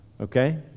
okay